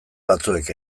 batzuek